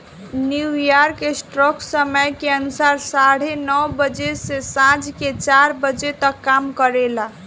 New York stock समय के अनुसार साढ़े नौ बजे से सांझ के चार बजे तक काम करेला